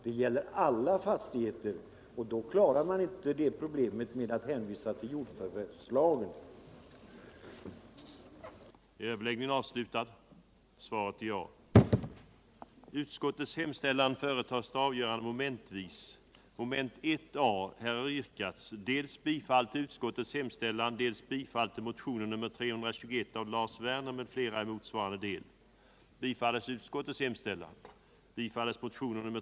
Det gäller alta fastigheter, och de problemen klarar man inte med att hänvisa till jordförvärvslagen. den det ej vill röstar nej. den det ej vill röstar nej. den det ej vill röstar nej.